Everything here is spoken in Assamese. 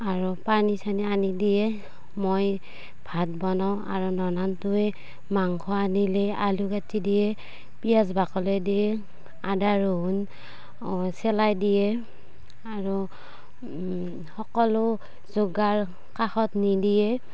আৰু পানী চানী আনি দিয়ে মই ভাত বনাওঁ আৰু ননন্দটোৱে মাংস আনিলে আলু কাটি দিয়ে পিঁয়াজ বাকলাই দিয়ে আদা ৰহোন চেলাই দিয়ে আৰু সকলো যোগাৰ কাষত নি দিয়ে